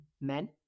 men